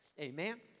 Amen